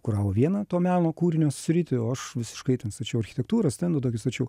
kuravo vieną to meno kūrinio sritį o aš visiškai ten stačiau architektūrą stendą tokį stačiau